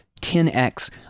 10x